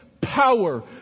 power